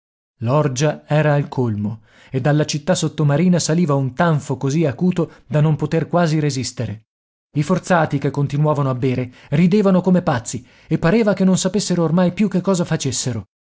l'orgia era al colmo e dalla città sottomarina saliva un tanfo così acuto da non poter quasi resistere i forzati che continuavano a bere ridevano come pazzi e pareva che non sapessero ormai più che cosa facessero